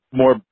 more